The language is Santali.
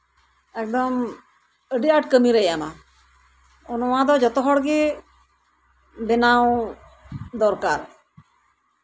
ᱮᱠᱫᱚᱢ ᱟᱹᱰᱤ ᱟᱸᱴ ᱠᱟᱹᱢᱤᱨᱮ ᱮᱢᱟᱭ ᱱᱚᱣᱟ ᱫᱚ ᱡᱚᱛᱚ ᱦᱚᱲᱜᱮ ᱵᱮᱱᱟᱣ ᱫᱚᱨᱠᱟᱨ